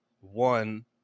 one